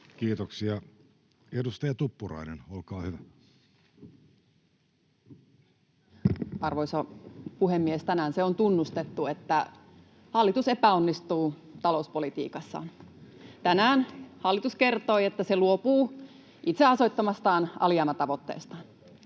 Kiitoksia. — Edustaja Tuppurainen, olkaa hyvä. Arvoisa puhemies! Tänään se on tunnustettu, että hallitus epäonnistuu talouspolitiikassaan. Tänään hallitus kertoi, että se luopuu itse asettamastaan alijäämätavoitteesta,